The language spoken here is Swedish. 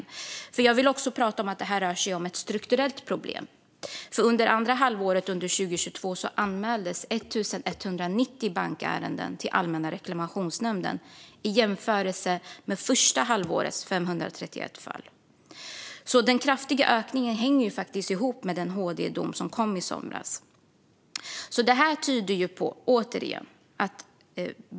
Jag vill också säga att detta är ett strukturellt problem. Under andra halvåret av 2022 anmäldes 1 190 bankärenden till Allmänna reklamationsnämnden, vilket kan jämföras med 531 ärenden under första halvåret. Den kraftiga ökningen hänger ihop med den HD-dom som kom i somras.